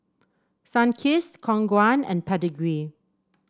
Sunkist Khong Guan and Pedigree